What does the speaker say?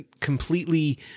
completely